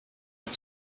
got